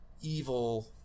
evil